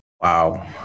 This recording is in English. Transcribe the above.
Wow